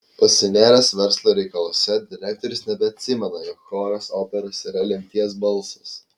pasinėręs verslo reikaluose direktorius nebeatsimena jog choras operose yra lemties balsas